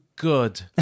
good